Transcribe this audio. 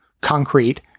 concrete